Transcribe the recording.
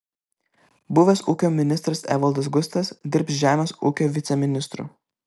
buvęs ūkio ministras evaldas gustas dirbs žemės ūkio viceministru